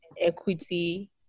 equity